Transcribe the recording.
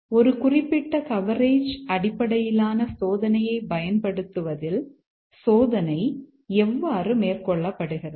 ஒரு குறிப்பிட்ட கவரேஜ் அடிப்படையிலான சோதனையைப் பயன்படுத்துவதில் சோதனை எவ்வாறு மேற்கொள்ளப்படுகிறது